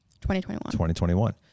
2021